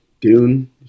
Dune